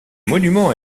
monument